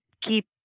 keep